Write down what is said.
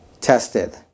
tested